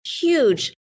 huge